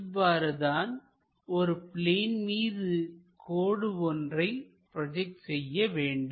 இவ்வாறுதான் ஒரு பிளேன் மீது கோடு ஒன்றை ப்ரோஜெக்ட் செய்ய வேண்டும்